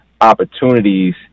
opportunities